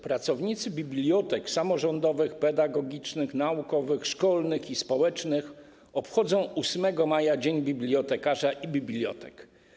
Pracownicy bibliotek samorządowych, pedagogicznych, naukowych, szkolnych i społecznych obchodzą 8 maja Dzień Bibliotekarza i Bibliotek.